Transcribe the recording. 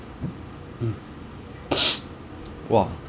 !wah!